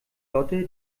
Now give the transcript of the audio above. lotte